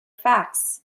facts